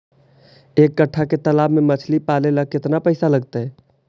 एक कट्ठा के तालाब में मछली पाले ल केतना पैसा लगतै?